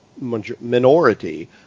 minority